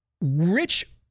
Rich